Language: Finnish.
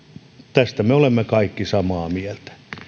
tästä me olemme kaikki samaa mieltä